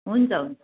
हुन्छ हुन्छ